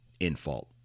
Infault